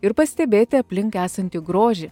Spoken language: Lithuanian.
ir pastebėti aplink esantį grožį